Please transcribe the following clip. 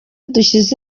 dushyize